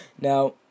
Now